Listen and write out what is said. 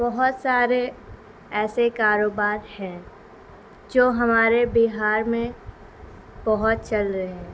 بہت سارے ایسے کاروبار ہیں جو ہمارے بہار میں بہت چل رہے ہیں